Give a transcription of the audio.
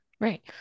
Right